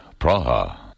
Praha